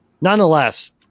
Nonetheless